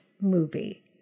movie